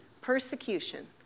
persecution